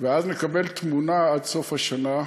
ואז נקבל תמונה עד סוף השנה,